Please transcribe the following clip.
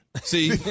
See